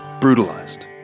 brutalized